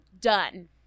done